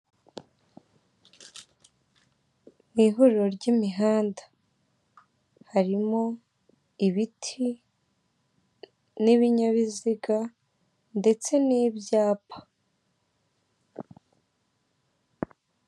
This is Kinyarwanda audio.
Ni ihuriro ry'imihanda. Harimo ibiti, n'ibinyabiziga, ndetse n'ibyapa.